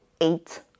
eight